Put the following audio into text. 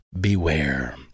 beware